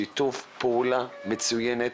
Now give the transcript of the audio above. שיתוף פעולה מצוין,